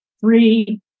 Three